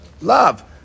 love